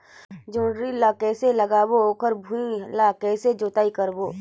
जोणी ला कइसे लगाबो ओकर भुईं ला कइसे जोताई करबो?